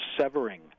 severing